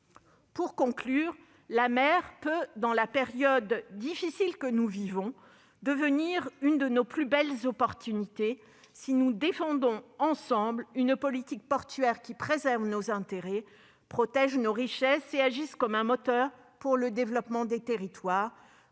dirai que la mer peut, dans la période difficile que nous vivons, devenir une de nos plus belles opportunités, si nous défendons ensemble une politique portuaire qui préserve nos intérêts, protège nos richesses et agisse comme un moteur pour le développement des territoires,